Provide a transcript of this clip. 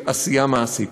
בעשייה ממשית.